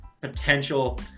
potential